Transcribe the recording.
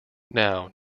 now